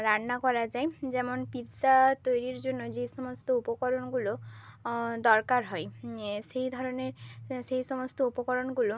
রান্না করা যায় যেমন পিৎজা তৈরির জন্য যে সমস্ত উপকরণগুলো দরকার হয় এ সেই ধরনের সেই সমস্ত উপকরণগুলো